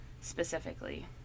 specifically